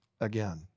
again